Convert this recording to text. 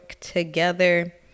together